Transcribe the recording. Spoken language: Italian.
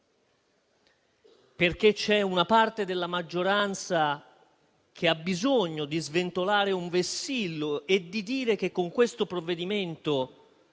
infatti, una parte della maggioranza ha bisogno di sventolare un vessillo e di dire che con questo provvedimento